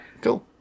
cool